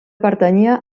pertanyia